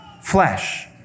flesh